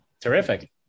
Terrific